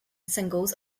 singles